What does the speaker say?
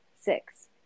six